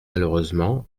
malheureusement